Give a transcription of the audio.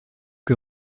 que